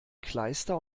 kleister